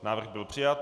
Návrh byl přijat.